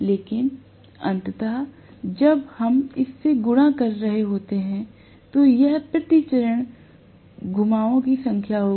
लेकिन अंततः जब हम इससे गुणा कर रहे हैं तो यह प्रति चरण घुमावों की संख्या होगी